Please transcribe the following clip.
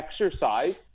exercise